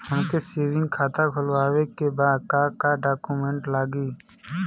हमके सेविंग खाता खोलवावे के बा का डॉक्यूमेंट लागी?